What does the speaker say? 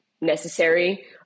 necessary